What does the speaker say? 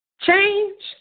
change